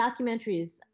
documentaries